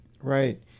Right